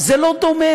זה לא דומה.